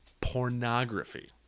Pornography